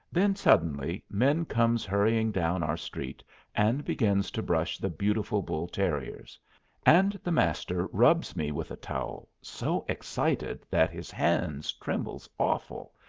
then suddenly men comes hurrying down our street and begins to brush the beautiful bull-terriers and the master rubs me with a towel so excited that his hands trembles awful,